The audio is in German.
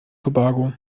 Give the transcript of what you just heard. tobago